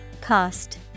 Cost